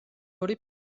ორი